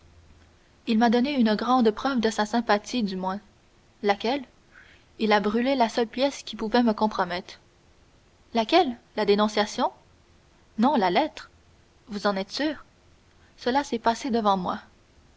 il m'a donné une grande preuve de sa sympathie du moins laquelle il a brûlé la seule pièce qui pouvait me compromettre laquelle la dénonciation non la lettre vous en êtes sûr cela s'est passé devant moi